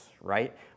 right